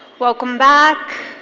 welcome back